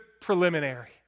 preliminary